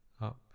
up